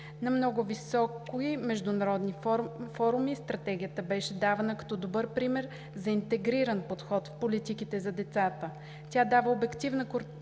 На много високи международни форуми Стратегията беше давана като добър пример за интегриран подход в политиките за децата. Тя дава обективна картина